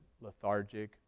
lethargic